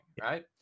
right